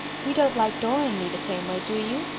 you don't like dora and me the same way, do you?